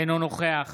אינו נוכח